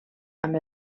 amb